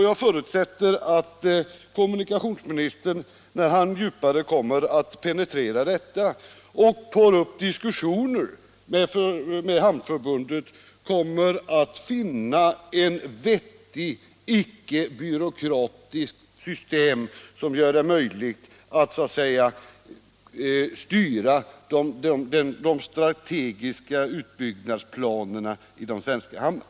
Jag förutsätter att kommunikationsministern när han kommer att penetrera detta problem djupare och tar upp diskussioner med Hamnförbundet skall finna ett vettigt, icke-byråkratiskt system som gör det möjligt att styra de strategiska ut = Nr 61 byggnadsplanerna i de svenska hamnarna.